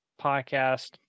podcast